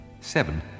Seven